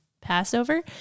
Passover